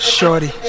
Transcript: Shorty